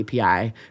API